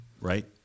right